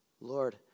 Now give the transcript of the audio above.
Lord